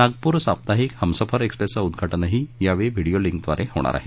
नागपूर साप्ताहिक हमसफर एक्सप्रसेचं उद्घाटनही यावेळी व्हिडीओ लिंक द्वारा होणार आहे